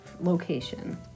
Location